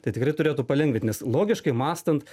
tai tikrai turėtų palengvint nes logiškai mąstant